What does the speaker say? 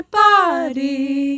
body